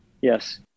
yes